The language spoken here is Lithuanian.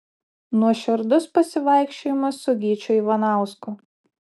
nuoširdus pasivaikščiojimas su gyčiu ivanausku